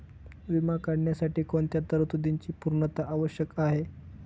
विमा काढण्यासाठी कोणत्या तरतूदींची पूर्णता आवश्यक आहे?